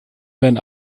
werden